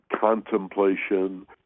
contemplation